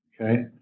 Okay